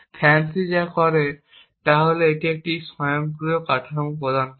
FANCI যা করে তা হল এটি একটি স্বয়ংক্রিয় কাঠামো প্রদান করে